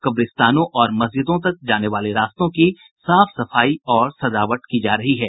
कब्रिस्तानों और मस्जिदों तक जाने वाले रास्तों की साफ सफाई और सजावट की जा रही है